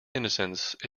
innocence